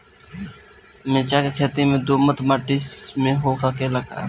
मिर्चा के खेती दोमट माटी में हो सकेला का?